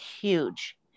huge